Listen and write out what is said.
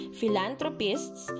Philanthropists